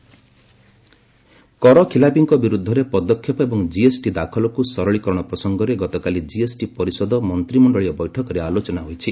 Karnataka GST ଗମ୍ କରଖିଲାପିଙ୍କ ବିରୁଦ୍ଧରେ ପଦକ୍ଷେପ ଏବଂ ଜିଏସ୍ଟି ଦାଖଲକୁ ସରଳୀକରଣ ପ୍ରସଙ୍ଗରେ ଗତକାଲି ଜିଏସ୍ଟି ପରିଷଦ ମନ୍ତ୍ରିମଣ୍ଡଳୀୟ ବୈଠକରେ ଆଲୋଚନା ହୋଇଛି